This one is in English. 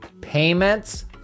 payments